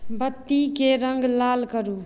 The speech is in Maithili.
बत्तीके रङ्ग लाल करू